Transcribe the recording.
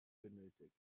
benötigt